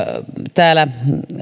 täällä